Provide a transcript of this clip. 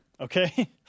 Okay